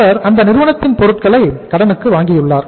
அவர் அந்த நிறுவனத்தின் பொருட்களை கடனுக்கு வாங்கியுள்ளார்